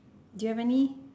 do you have any